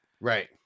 Right